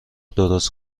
درست